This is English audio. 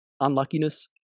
unluckiness